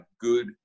good